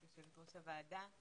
יושבת ראש הוועדה,